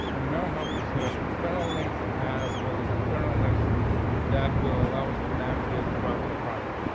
we know how to set up external links as well as internal links that will allow us to navigate throughout their project.